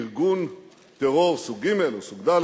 ארגון טרור סוג ג' או סוג ד'